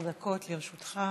בבקשה, עשר דקות לרשותך.